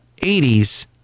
80s